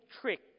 trick